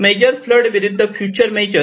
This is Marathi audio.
मेजर फ्लड विरुद्ध फ्युचर मेजर